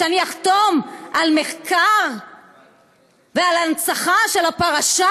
שאני אחתום על מחקר ועל הנצחה של הפרשה.